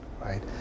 right